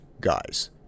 guys